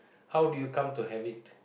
how did you come to have it